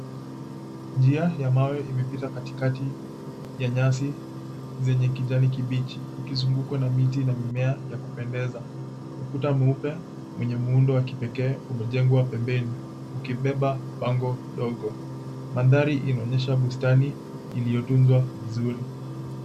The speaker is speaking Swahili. Njia ya mawe imepita katikati ya nyasi zenye kijani kibichi ikizungukwa na miti na mimea ya kupendeza. Ukuta mweupe mwenye muundo wa kipekee umejengwa pembeni ukibeba bango ndogo. Mandhari inaonyesha bustani iliyotunzwa vizuri.